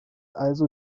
also